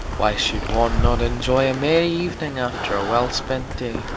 why should one not enjoy a merry evening after a well-spent day?